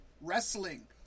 Wrestling